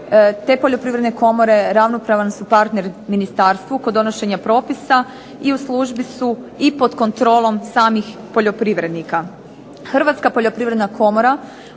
te poljoprivredne komore ravnopravan su partner ministarstvu kod donošenja propisa i u službi su i pod kontrolom samih poljoprivrednika.